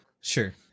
Sure